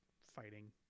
fighting